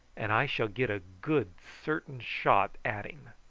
and i shall get a good certain shot at him.